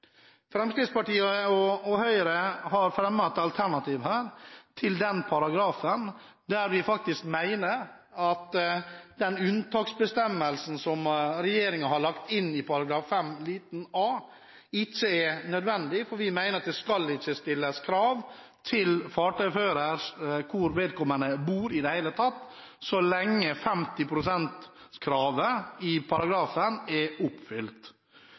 Fremskrittspartiet og Høyre har fremmet et alternativ til den paragrafen. Vi mener faktisk at den unntaksbestemmelsen som regjeringen har lagt inn i § 5 a, ikke er nødvendig, for vi mener at det ikke i det hele tatt skal stilles krav til hvor fartøyfører bor så lenge 50 pst.-kravet i paragrafen er oppfylt.